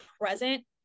present